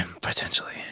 Potentially